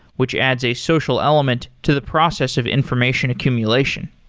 which adds a social element to the process of information accumulation.